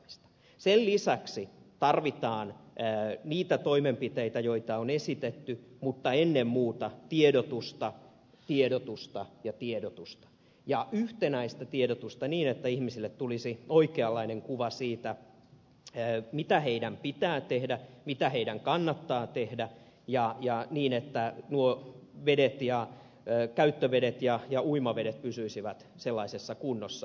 sen lisäksi tarvitaan niitä toimenpiteitä joita on esitetty mutta ennen muuta tiedotusta tiedotusta ja tiedotusta ja yhtenäistä tiedotusta niin että ihmisille tulisi oikeanlainen kuva siitä mitä heidän pitää tehdä mitä heidän kannattaa tehdä ja niin että nuo käyttövedet ja uimavedet pysyisivät sellaisessa kunnossa